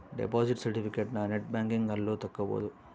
deposit ಸೆರ್ಟಿಫಿಕೇಟನ net banking ಅಲ್ಲು ತಕ್ಕೊಬೊದು